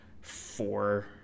four